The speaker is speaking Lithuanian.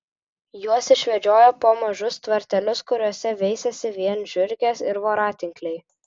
juos išvedžiojo po mažus tvartelius kuriuose veisėsi vien žiurkės ir voratinkliai